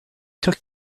took